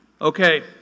Okay